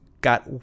got